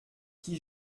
qui